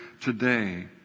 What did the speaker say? today